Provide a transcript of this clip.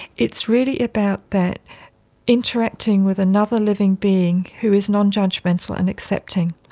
it's really about that interacting with another living being who is non-judgemental and accepting.